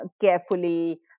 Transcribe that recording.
carefully